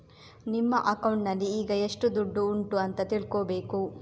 ನಿಮ್ಮ ಅಕೌಂಟಿನಲ್ಲಿ ಈಗ ಎಷ್ಟು ದುಡ್ಡು ಉಂಟು ಅಂತ ತಿಳ್ಕೊಳ್ಬೇಕು